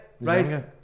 right